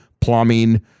plumbing